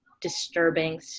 disturbing